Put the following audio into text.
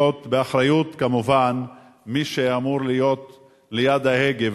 באחריות כמובן מי שאמור להיות ליד ההגה.